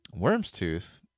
Wormstooth